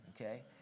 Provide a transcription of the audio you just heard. Okay